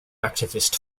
activist